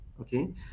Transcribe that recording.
okay